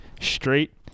straight